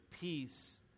peace